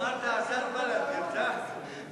אמרת השר בלד, בלד?